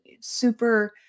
super